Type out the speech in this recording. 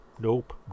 Nope